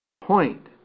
point